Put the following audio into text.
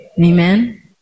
Amen